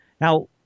Now